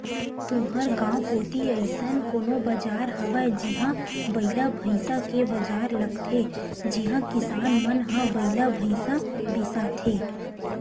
तुँहर गाँव कोती अइसन कोनो बजार हवय जिहां बइला भइसा के बजार लगथे जिहां किसान मन ह बइला भइसा बिसाथे